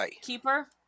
Keeper